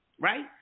Right